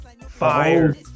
Fire